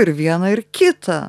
ir viena ir kita